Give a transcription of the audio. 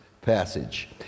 passage